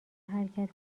حرکت